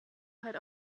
halt